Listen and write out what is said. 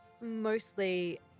mostly